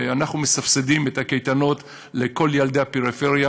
אנחנו מסבסדים את הקייטנות לכל ילדי הפריפריה